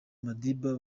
madiba